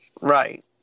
Right